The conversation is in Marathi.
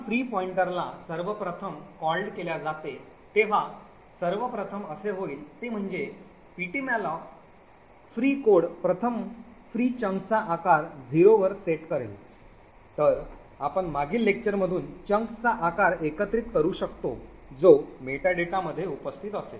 जेव्हा फ्री पॉईंटरला सर्वप्रथम called केल्या जाते तेव्हा सर्वप्रथम असे होईल ते म्हणजे ptmalloc फ्री कोड प्रथम फ्री चंकचा आकार 0 वर सेट करेल तर आपण मागील लेक्चरमधून चंक चा आकार एकत्रित करू शकतो जो मेटाडाटामध्ये उपस्थित असेल